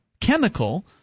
chemical –